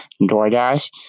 DoorDash